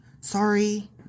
Sorry